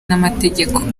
n’amategeko